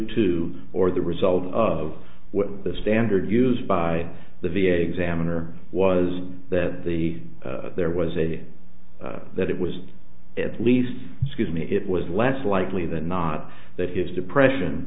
to or the result of what the standard used by the v a examiner was that the there was a need that it was at least scuse me it was less likely than not that his depression